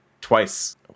twice